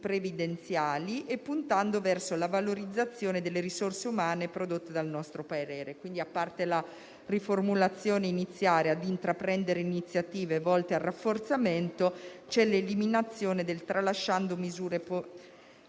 previdenziali e puntando verso la valorizzazione delle risorse umane prodotte dal nostro Paese». Quindi, a parte la riformulazione iniziale («ad intraprendere iniziative volte al rafforzamento»), c'è l'eliminazione delle parole: «tralasciando misure